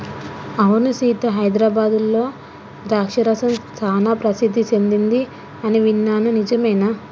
అవును సీత హైదరాబాద్లో ద్రాక్ష రసం సానా ప్రసిద్ధి సెదింది అని విన్నాను నిజమేనా